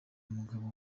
umugabo